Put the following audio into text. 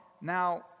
Now